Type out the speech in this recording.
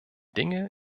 dinge